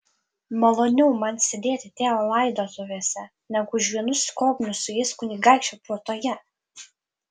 maloniau man sėdėti tėvo laidotuvėse negu už vienų skobnių su jais kunigaikščio puotoje